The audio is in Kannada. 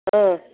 ಹ್ಞೂ